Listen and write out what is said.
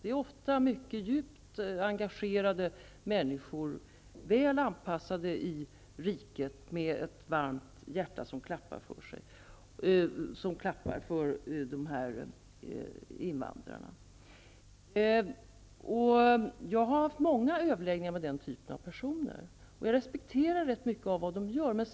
Det är ofta mycket djupt engagerade människor, väl anpassade i riket och med ett varmt hjärta som klappar för de här invandrarna. Jag har haft många överläggningar med den typen av personer. Jag respekterar rätt mycket av det de gör.